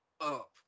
up